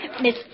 Miss